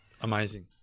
amazing